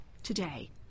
Today